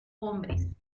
hombres